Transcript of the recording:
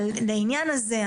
אבל לעניין הזה,